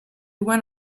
went